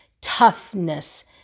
toughness